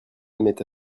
aimaient